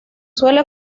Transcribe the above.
suele